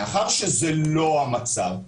מאחר שזה לא המצב,